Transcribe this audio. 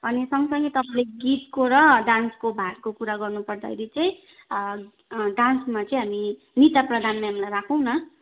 अनि सँगसँगै तपाईँले गीतको र डान्सको भागको कुरा गर्न पर्दाखेरि चाहिँ डान्समा चाहिँ हामी निता प्रधान म्यामलाई राखौँ न